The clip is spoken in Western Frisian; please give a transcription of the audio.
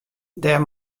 dêr